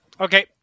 Okay